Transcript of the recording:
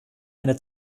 eine